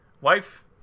Wife